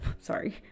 sorry